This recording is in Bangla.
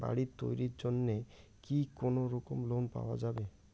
বাড়ি তৈরির জন্যে কি কোনোরকম লোন পাওয়া যাবে?